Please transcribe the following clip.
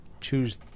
choose